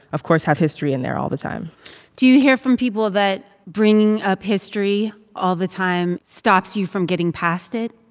of course, have history in there all the time do you hear from people that bringing up history all the time stops you from getting past it?